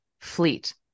fleet